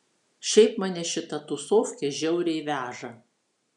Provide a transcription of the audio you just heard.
šiaip mane šita tūsofkė žiauriai veža